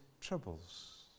troubles